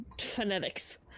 phonetics